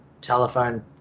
Telephone